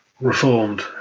Reformed